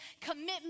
commitment